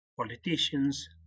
politicians